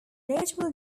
notable